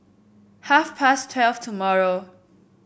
half past twelve tomorrow